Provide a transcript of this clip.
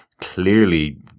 clearly